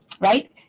Right